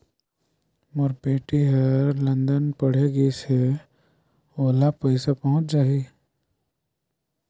मोर बेटी हर लंदन मे पढ़े गिस हय, ओला पइसा पहुंच जाहि?